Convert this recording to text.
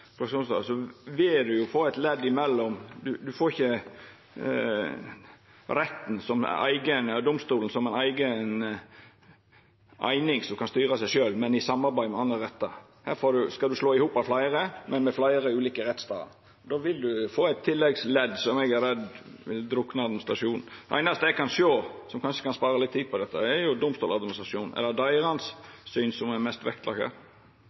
vil ein få eit ledd mellom. Ein får ikkje domstolen som ei eiga eining som kan styra seg sjølv, men i samarbeid med andre rettar. Skal ein slå i hop fleire, med fleire ulike rettsstader, vil ein få eit tilleggsledd som eg er redd vil drukna administrasjonen. Dei einaste eg kan sjå som kanskje kan spara litt tid på dette, er Domstoladministrasjonen. Er det deira syn som har vorte lagt mest